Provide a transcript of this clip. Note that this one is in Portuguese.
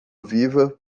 viva